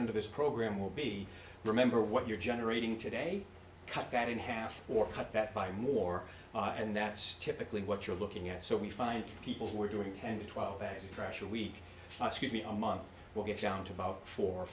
under this program will be remember what you're generating today cut that in half or cut that by more and that's typically what you're looking at so we find people who are doing ten or twelve added pressure week a month we'll get down to about four or